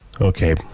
Okay